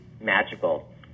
magical